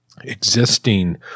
existing